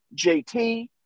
JT